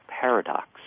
paradox